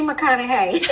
McConaughey